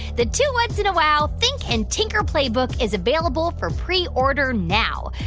the two whats? and a wow! think and tinker playbook is available for preorder now.